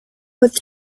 with